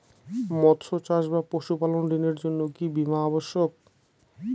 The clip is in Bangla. মৎস্য চাষ বা পশুপালন ঋণের জন্য কি বীমা অবশ্যক?